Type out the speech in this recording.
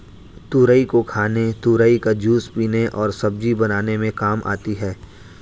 तुरई को खाने तुरई का जूस पीने और सब्जी बनाने में काम आती है